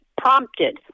prompted